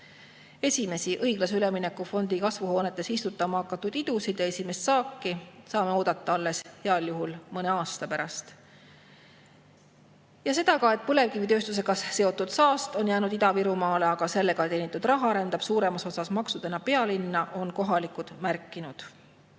Esimesi õiglase ülemineku fondi kasvuhoonetes istutama hakatud idusid ja esimest saaki saame oodata heal juhul alles mõne aasta pärast. Ka seda, et põlevkivitööstusega seotud saast on jäänud Ida-Virumaale, aga sellega teenitud raha rändab suuremas osas maksudena pealinna, on kohalikud märkinud.